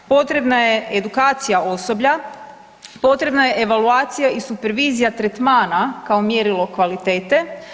Potrebna je edukacija osoblja, potrebna je evaluacija i supervizija tretmana kao mjerilo kvalitete.